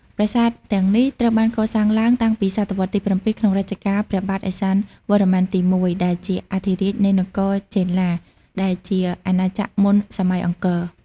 ប្រាសាទទាំងនេះត្រូវបានកសាងឡើងតាំងពីសតវត្សទី ៧ ក្នុងរជ្ជកាលព្រះបាទឦសានវរ្ម័នទី ១ ដែលជាអធិរាជនៃនគរចេនឡា ដែលជាអាណាចក្រមុនសម័យអង្គរ។